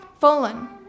Fallen